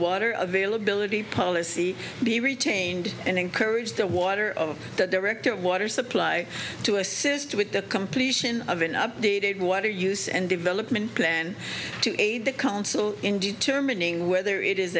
water availability policy be retained and encourage the water of that direct water supply to assist with the completion of an updated water use and development then to aid the council in determining whether it is